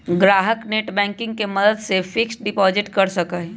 ग्राहक नेटबैंकिंग के मदद से फिक्स्ड डिपाजिट कर सका हई